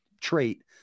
trait